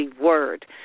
word